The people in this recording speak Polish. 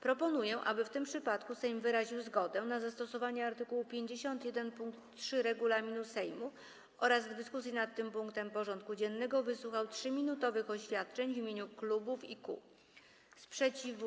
Proponuję, aby w tym przypadku Sejm wyraził zgodę na zastosowanie art. 51 pkt 3 regulaminu Sejmu oraz w dyskusji nad tym punktem porządku dziennego wysłuchał 3-minutowych oświadczeń w imieniu klubów i kół.